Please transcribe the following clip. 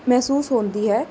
ਮਹਿਸੂਸ ਹੁੰਦੀ ਹੈ